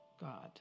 God